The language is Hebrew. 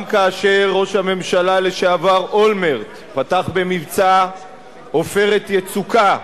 גם כאשר ראש הממשלה לשעבר אולמרט פתח במבצע "עופרת יצוקה",